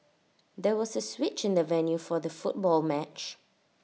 there was A switch in the venue for the football match